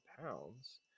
pounds